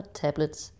tablets